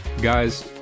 guys